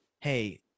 hey